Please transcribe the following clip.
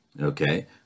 okay